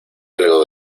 algo